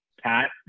Pat